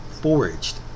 foraged